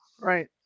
Right